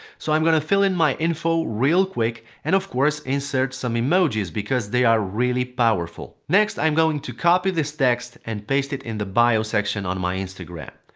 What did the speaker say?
so i'm gonna fill in my info real quick and of course insert some emojis, because they are really powerful. next, i'm going to copy this text and paste it in the bio section on my instagram.